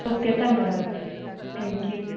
okay ਧੰਨਵਾਦ ਜੀ thank you